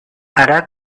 hará